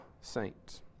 saints